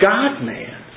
God-man